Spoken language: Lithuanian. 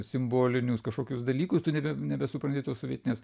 simbolinius kažkokius dalykus tu nebe nebesupranti tos sovietinės